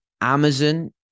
Amazon